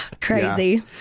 Crazy